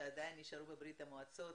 שעדיין נשארו בבית המועצות ,